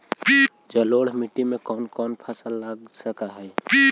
जलोढ़ मिट्टी में कौन कौन फसल लगा सक हिय?